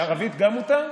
בערבית גם מותר?